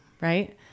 right